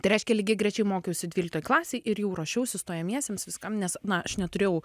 tai reiškia lygiagrečiai mokiausi dvyliktoj klasėj ir jau ruošiausi stojamiesiems viskam nes na aš neturėjau